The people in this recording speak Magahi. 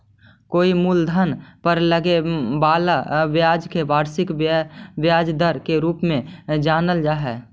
कोई मूलधन पर लगे वाला ब्याज के वार्षिक ब्याज दर के रूप में जानल जा हई